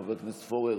חבר הכנסת פורר,